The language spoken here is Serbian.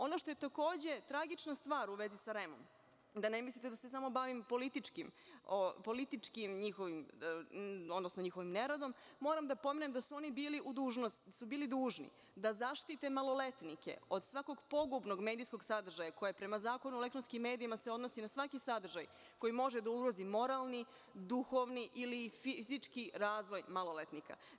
Ono što je takođe tragična stvar u vezi sa REM-om, da ne mislite da se samo bavim njihovim političim radom, odnosno neradom, moram da pomenem da su oni bili dužni da zaštite maloletnike od svakog pogubnog medijskog sadržaja koje se, prema Zakonu o elektronskim medijima, odnosi na svaki sadržaj koji može da ugrozi moralni, duhovni ili fizički maloletnika.